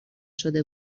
شده